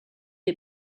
est